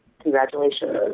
congratulations